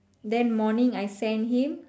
then morning I send him